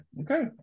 okay